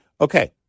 okay